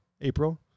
April